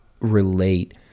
relate